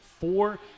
four